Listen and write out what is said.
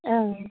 ओं